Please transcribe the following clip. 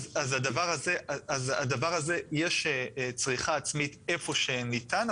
אז יש צריכה עצמית איפה שניתן,